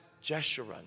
Jeshurun